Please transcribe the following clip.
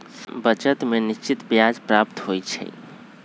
बचत में निश्चित ब्याज प्राप्त होइ छइ